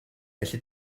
felly